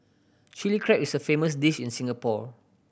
Chilli Crab is a famous dish in Singapore